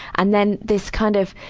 and then, this kind of